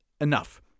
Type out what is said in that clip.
enough